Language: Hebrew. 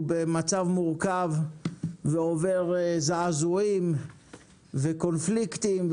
במצב מורכב ועובר זעזועים וקונפליקטים,